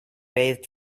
bathed